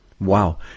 Wow